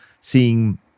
seeing